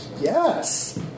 Yes